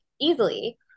easily